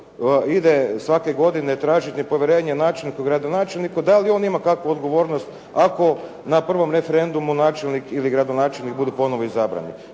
ide svake godine tražiti povjerenje načelniku i gradonačelniku. Da li on ima kakvu odgovornost ako na prvom referendumu načelnik ili gradonačelnik budu ponovno izbrani?